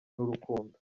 n’urukundo